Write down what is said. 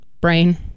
brain